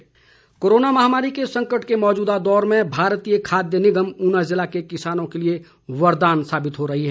ऊना खाद्यान्न कोरोना महामारी के संकट के मौजूदा दौर में भारतीय खाद्य निगम ऊना जिला के किसानों के लिए वरदान साबित हो रहा है